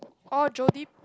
oh Jody